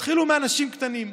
התחילו מאנשים קטנים.